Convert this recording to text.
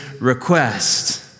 request